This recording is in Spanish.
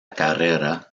carrera